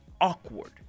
awkward